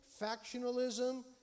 factionalism